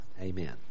Amen